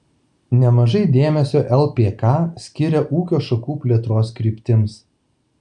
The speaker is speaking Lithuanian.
nemažai dėmesio lpk skiria ūkio šakų plėtros kryptims